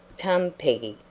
come, peggy,